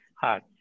hard